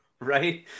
right